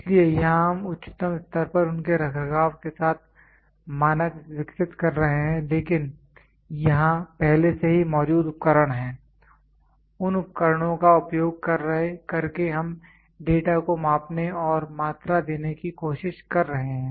इसलिए यहां हम उच्चतम स्तर पर उनके रखरखाव के साथ मानक विकसित कर रहे हैं लेकिन यहां पहले से ही मौजूद उपकरण हैं उन उपकरणों का उपयोग कर के हम डेटा को मापने और मात्रा देने की कोशिश कर रहे हैं